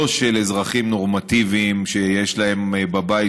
לא של אזרחים נורמטיביים שיש להם בבית,